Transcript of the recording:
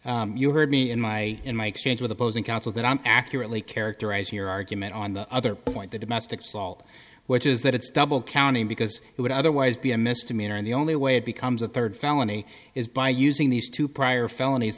verify you heard me in my in mikes with opposing counsel that i'm accurately characterize your argument on the other point the domestics all which is that it's double counting because it would otherwise be a misdemeanor and the only way it becomes a third felony is by using these two prior felonies